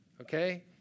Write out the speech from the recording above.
okay